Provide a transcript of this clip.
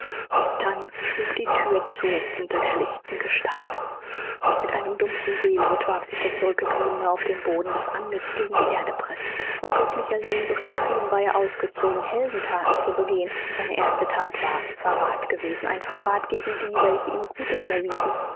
dann schlug die thür zu hinter der lichten gestalt mit einem dumpfen wehlaut warf sich der zurückbleibende auf den boden das antlitz gegen die erde pressend von göttlicher sehnsucht getrieben war er ausgezogen heldenthaten zu begehen und seine erste that war verrath gewesen ein verrath gegen die welche ihm gutes erwiesen